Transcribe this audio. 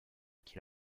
qu’il